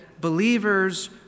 believers